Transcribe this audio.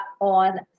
on